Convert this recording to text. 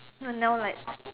n~ now like